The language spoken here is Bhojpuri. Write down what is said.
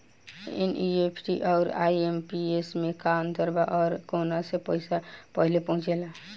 एन.ई.एफ.टी आउर आई.एम.पी.एस मे का अंतर बा और आउर कौना से पैसा पहिले पहुंचेला?